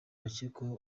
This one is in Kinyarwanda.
bakekwaho